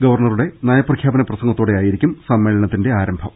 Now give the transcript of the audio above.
ഗവർണ റുടെ നയപ്രഖ്യാപന പ്രസംഗത്തോടെയായിരിക്കും സമ്മേളനത്തിന്റെ ആരംഭം